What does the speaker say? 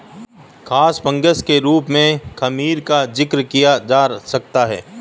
खाद्य फंगस के रूप में खमीर का जिक्र किया जा सकता है